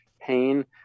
pain